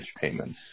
payments